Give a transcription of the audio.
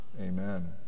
Amen